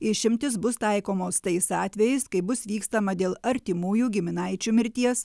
išimtys bus taikomos tais atvejais kai bus vykstama dėl artimųjų giminaičių mirties